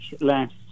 last